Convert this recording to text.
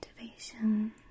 motivation